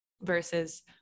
versus